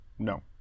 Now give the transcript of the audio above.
No